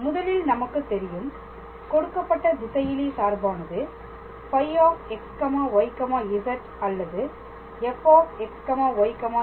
முதலில் நமக்கு தெரியும் கொடுக்கப்பட்ட திசையிலி சார்பானது φxyz அல்லது fxyz ஆகும்